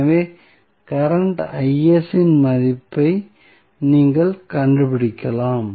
எனவே கரண்ட் இன் மதிப்பை நீங்கள் கண்டுபிடிக்கலாம்